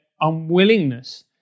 unwillingness